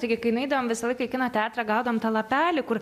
taigi kai nueidavom visą laiką į kino teatrą gaudom tą lapelį kur